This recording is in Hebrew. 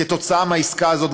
כתוצאה מהעסקה הזאת,